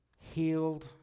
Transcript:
healed